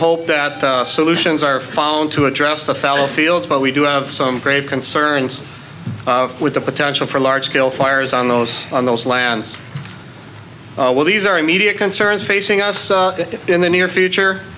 hope that solutions are found to address the fellah fields but we do have some grave concerns with the potential for large scale fires on those on those lands well these are immediate concerns facing us in the near future